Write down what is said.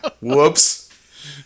whoops